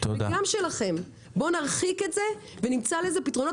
גם שלכם בואו נרחיק את זה ונמצא לזה פתרונות,